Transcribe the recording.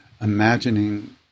imagining